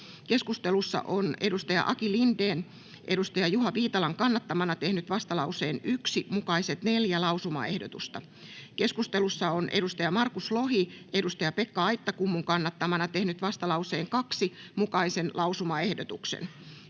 Keskustelussa Aki Lindén on Juha Viitalan kannattamana tehnyt vastalauseen 1 mukaiset neljä lausumaehdotusta. Keskustelussa Markus Lohi on Pekka Aittakummun kannattamana tehnyt vastalauseen 2 mukaisen lausumaehdotuksen.